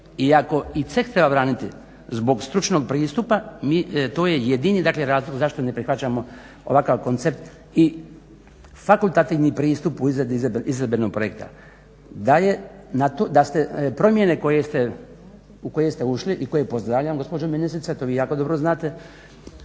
iako i ceh treba braniti zbog stručnog pristupa to je jedini, dakle razlog zašto ne prihvaćamo ovakav koncept i fakultativni pristup u izradi izvedbenog projekta. Promjene u koje ste ušli i koje pozdravljam gospođo ministrice, to vi jako dobro znate,